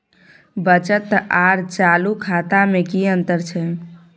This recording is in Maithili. बचत आर चालू खाता में कि अतंर छै?